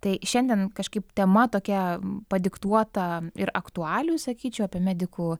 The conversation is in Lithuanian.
tai šiandien kažkaip tema tokia padiktuota ir aktualijų sakyčiau apie medikų